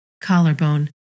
Collarbone